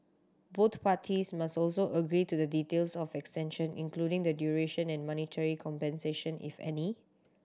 both parties must also agree to the details of extension including the duration and monetary compensation if any